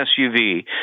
SUV